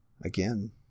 again